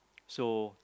so